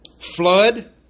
Flood